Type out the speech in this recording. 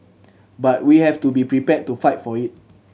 but we have to be prepared to fight for it